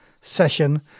session